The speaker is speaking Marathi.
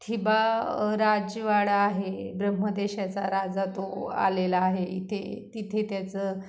थिबा राजवाडा आहे ब्रह्मदेशाचा राजा तो आलेला आहे इथे तिथे त्याचं